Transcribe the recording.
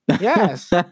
Yes